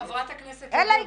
חברת הכנסת לוי,